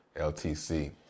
LTC